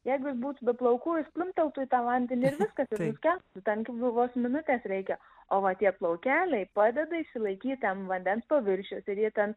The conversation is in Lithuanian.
jeigu jis būtų be plaukų jis pliumpteltų į tą vandenį ir viskas ir nuskęstų ten gi vos minutės reikia o va tie plaukeliai padeda išsilaikyti ant vandens paviršiaus ir jie ten